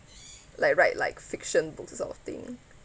like write like fiction books that sort of thing